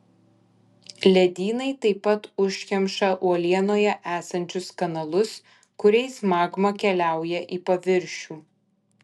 ledynai taip pat užkemša uolienoje esančius kanalus kuriais magma keliauja į paviršių